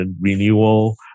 renewal